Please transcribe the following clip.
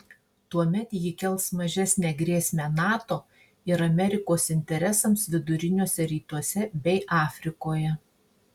tuomet ji kels mažesnę grėsmę nato ir amerikos interesams viduriniuose rytuose bei afrikoje